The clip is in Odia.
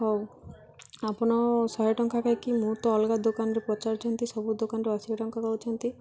ହଉ ଆପଣ ଶହେ ଟଙ୍କା ଖାଇକି ମୁଁ ତ ଅଲଗା ଦୋକାନରେ ପଚାରୁଛନ୍ତି ସବୁ ଦୋକାନରୁ ଅଶୀ ଟଙ୍କା କହୁଛନ୍ତି